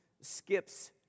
skips